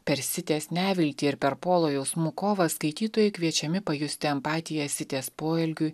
per sitės neviltį ir per polo jausmų kovą skaitytojai kviečiami pajusti empatiją sitės poelgiui